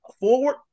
forward